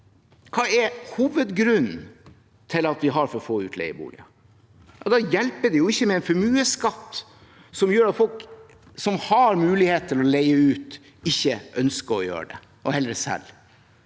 Hva er hovedgrunnen til at vi har for få utleieboliger? Da hjelper det ikke med en formuesskatt som gjør at folk som har mulighet til å leie ut, ikke ønsker å gjøre det – og heller selger.